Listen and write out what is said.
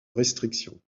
restriction